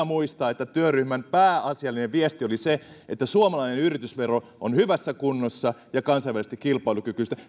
muistaa että työryhmän pääasiallinen viesti oli se että suomalainen yritysvero on hyvässä kunnossa ja kansainvälisesti kilpailukykyistä